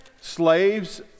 slaves